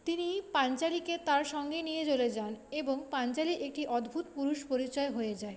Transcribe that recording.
তিনি পাঞ্চালীকে তার সঙ্গে নিয়ে চলে যান এবং পাঞ্চালী একটি অদ্ভূত পুরুষ পরিচয় হয়ে যায়